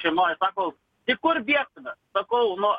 šeimoj sako tai kur dėsimės sakau nu